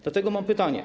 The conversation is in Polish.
Dlatego mam pytanie.